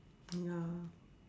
mm ya